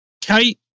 Kate